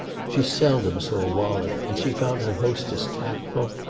she seldom saw wallie, and she found her hostess tactful,